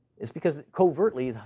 it's because, covertly,